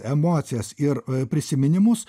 emocijas ir prisiminimus